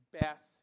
best